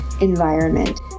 environment